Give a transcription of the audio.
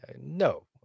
no